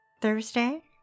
Thursday